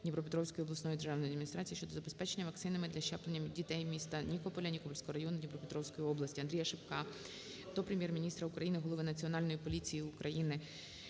Дніпропетровської облдержадміністрації щодо забезпечення вакцинами для щеплення дітей міста Нікополя, Нікопольського району Дніпропетровської області. АндріяШипка до Прем'єр-міністра України, голови Національної поліції України,